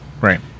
right